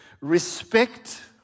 Respect